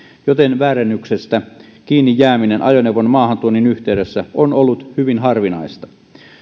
joten väärennöksestä kiinni jääminen ajoneuvon maahantuonnin yhteydessä on ollut hyvin harvinaista